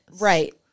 Right